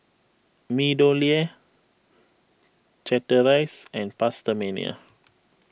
MeadowLea Chateraise and PastaMania